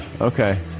okay